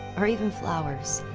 or even flowers,